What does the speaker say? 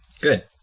good